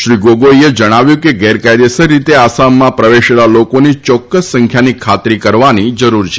શ્રી ગોગોઈએ જણાવ્યું હતું કે ગેરકાયદેસર રીતે આસામમાં પ્રવેશેલા લોકોની ચોક્કસ સંખ્યાની ખાતરી કરવાની જરૂર છે